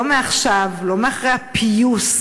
לא מעכשיו, לא מאחרי הפיוס,